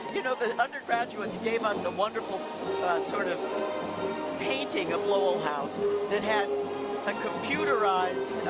you know the undergraduates gave us a wonderful sort of painting of lowell house and it had a computerized